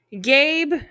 Gabe